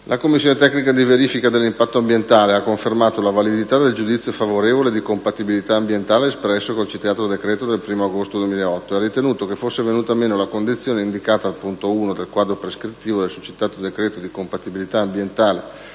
La commissione tecnica di verifica dell'impatto ambientale ha confermato la validità del giudizio favorevole di compatibilità ambientale espresso col citato decreto del 1° agosto 2008 ed ha ritenuto che fosse venuta meno la condizione indicata al punto n. 1 del quadro prescrittivo del succitato decreto di compatibilità ambientale,